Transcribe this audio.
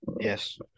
Yes